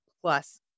plus